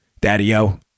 Daddy-o